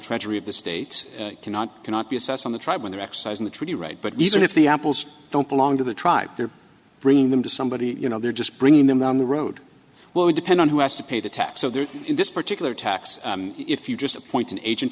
treasury of the state cannot cannot be assessed on the tribe when they're exercising the treaty right but even if the apples don't belong to the tribe they're bringing them to somebody you know they're just bringing them down the road would depend on who has to pay the tax so that in this particular tax if you just appoint an agent